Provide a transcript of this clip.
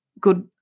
good